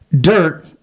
dirt